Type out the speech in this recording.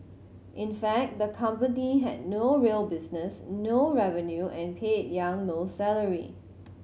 in fact the company had no real business no revenue and paid Yang no salary